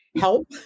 help